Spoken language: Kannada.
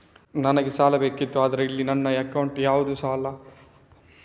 ನನಗೆ ಸಾಲ ಬೇಕಿತ್ತು ಆದ್ರೆ ಇಲ್ಲಿ ನನ್ನ ಅಕೌಂಟ್ ಯಾವುದು ಇಲ್ಲ, ನನ್ನ ಮಗನ ಅಕೌಂಟ್ ಇರುದು, ನಾನು ಸಾಲ ತೆಗಿಬಹುದಾ?